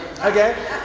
Okay